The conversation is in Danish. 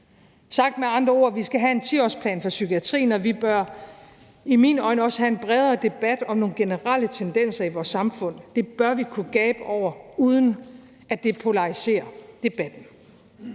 Sagt med andre ord: Vi skal have en 10-årsplan for psykiatrien, og vi bør i mine øjne også have en bredere debat om nogle generelle tendenser i vores samfund. Det bør vi kunne gabe over, uden at det polariserer debatten.